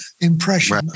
impression